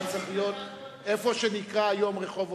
שהיה צריך להיות ברחוב שהיום הוא רחוב אוסישקין,